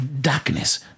darkness